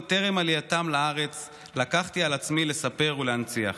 טרם עלייתם לארץ לקחתי על עצמי לספר ולהנציח.